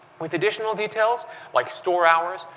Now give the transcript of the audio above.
with additional details like store hours,